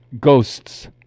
Ghosts